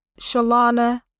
Shalana